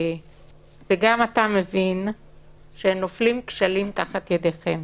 וגם אתה מבין שנופלים כשלים תחת ידיכם,